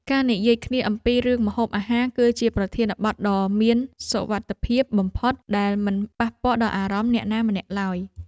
ការនិយាយគ្នាអំពីរឿងម្ហូបអាហារ គឺជាប្រធានបទដ៏មានសុវត្ថិភាពបំផុតដែលមិនប៉ះពាល់ដល់អារម្មណ៍អ្នកណាម្នាក់ឡើយ។